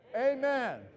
Amen